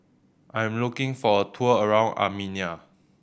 I am looking for a tour around Armenia